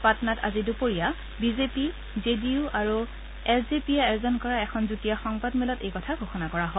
পাটনাত আজি দুপৰীযা বিজেপি জে ডি ইউ আৰু এল জে পিয়ে আয়োজন কৰা এখন যুটীয়া সংবাদমেলত এই কথা ঘোষণা কৰা হয়